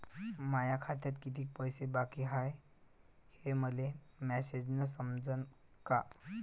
माया खात्यात कितीक पैसे बाकी हाय हे मले मॅसेजन समजनं का?